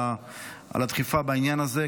על הדחיפה בעניין הזה,